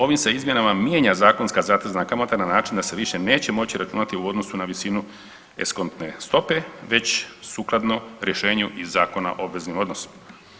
Ovim se izmjenama mijenja zakonska zatezna kamata na način da se više neće moći računati u odnosu na visinu eskontne stope već sukladno rješenju iz Zakona o obveznim odnosima.